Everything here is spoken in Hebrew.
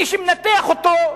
ומי שמנתח אותו,